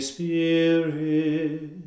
Spirit